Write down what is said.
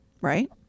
Right